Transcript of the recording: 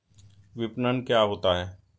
विपणन क्या होता है?